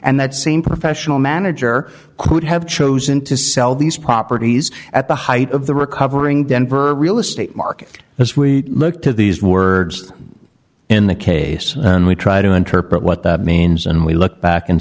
and that same professional manager could have chosen to sell these properties at the height of the recovering denver real estate market as we look to these words in the case and we try to interpret what that means and we look back and